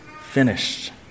finished